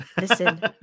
Listen